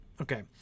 Okay